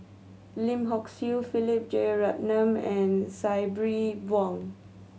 Lim Hock Siew Philip Jeyaretnam and Sabri Buang